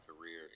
career